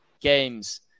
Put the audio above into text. games